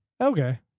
Okay